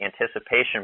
anticipation